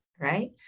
right